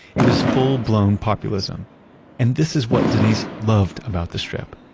it was full blown populism and this is what denise loved about the strip.